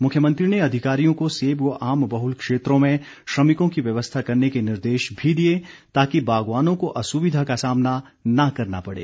मुख्यमंत्री ने अधिकारियों को सेब व आम बहल क्षेत्रों में श्रमिकों की व्यवस्था करने के निर्देश भी दिए ताकि बागवानों को असुविधा का सामना न करना पड़े